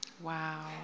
Wow